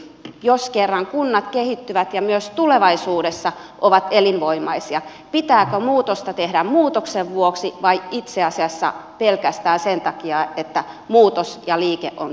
jos kerran kunnat kehittyvät ja myös tulevaisuudessa ovat elinvoimaisia pitääkö muutosta tehdä muutoksen vuoksi vai itse asiassa pelkästään sen takia että muutos ja liike on